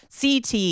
CT